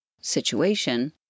situation